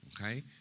Okay